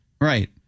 Right